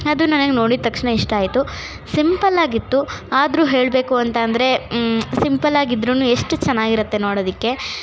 ಅದು ನನಗೆ ನೋಡಿದ ತಕ್ಷಣ ಇಷ್ಟ ಆಯ್ತು ಸಿಂಪಲಾಗಿತ್ತು ಆದರೂ ಹೇಳಬೇಕು ಅಂತೆಂದ್ರೆ ಸಿಂಪಲಾಗಿದ್ರೂ ಎಷ್ಟು ಚೆನ್ನಾಗಿರುತ್ತೆ ನೋಡೋದಕ್ಕೆ